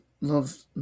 love